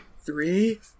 three